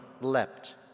leapt